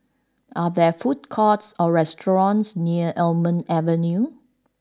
are there food courts or restaurants near Almond Avenue